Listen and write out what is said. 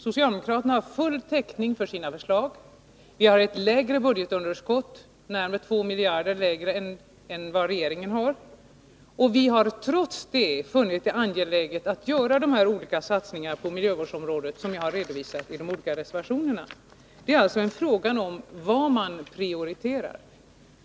Socialdemokraterna har full täckning för sina förslag. Vi har ett lägre budgetunderskott — närmare 2 miljarder kronor lägre än vad regeringen har — men vi har trots det funnit det angeläget att göra de olika satsningar på miljövårdsområdet som vi har redovisat i de olika reservationerna. Det är alltså fråga om vad man prioriterar.